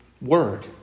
word